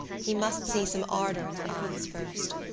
he must see some ardour in her eyes first.